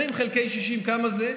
20 חלקי 60 כמה זה?